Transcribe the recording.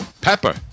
Pepper